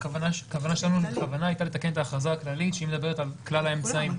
הכוונה שלנו הייתה לתקן את ההכרזה הכללית שמדברת על כלל האמצעים,